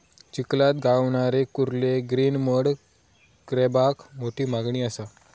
चिखलात गावणारे कुर्ले ग्रीन मड क्रॅबाक मोठी मागणी असा